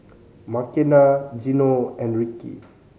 Makena Gino and Rickey